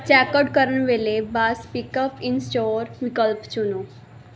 check out ਕਰਨ ਵੇਲੇ ਬਸ ਪਿਕਅੱਪ ਇਨ ਸਟੋਰ ਵਿਕਲਪ ਚੁਨੋ